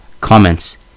Comments